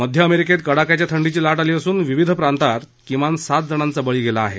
मध्य अमेरिकेत कडाक्याच्या थंडीची लाट आली असून विविध प्रांतात किमान सात जणांचा बळी गेला आहे